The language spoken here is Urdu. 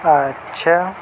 اچھا